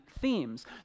themes